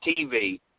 TV